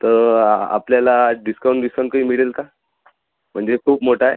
तर आपल्याला डिस्काऊंट बिस्काऊंट काही मिळेल का म्हणजे खूप मोठा आहे